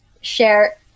share